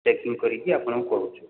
tracking କରିକି ଆପଣଙ୍କୁ କହୁଛୁ